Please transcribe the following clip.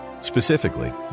Specifically